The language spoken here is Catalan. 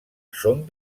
són